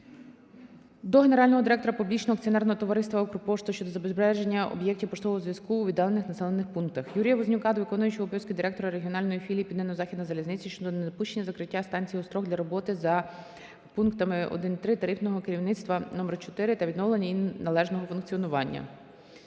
до Генерального директора Публічного акціонерного товариства "Укрпошта" щодо збереження об'єктів поштового зв'язку у віддалених населених пунктах. Юрія Вознюка до виконуючого обов'язки Директора регіональної філії "Південно-Західна залізниця" щодо недопущення закриття станції Острог для роботи за пунктами 1.3 Тарифного керівництва № 4 та відновлення її належного функціонування.